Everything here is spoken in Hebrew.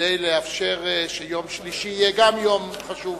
כדי לאפשר שיום שלישי יהיה גם יום חשוב